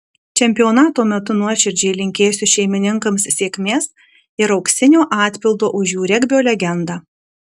čempionato metu nuoširdžiai linkėsiu šeimininkams sėkmės ir auksinio atpildo už jų regbio legendą